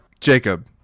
Jacob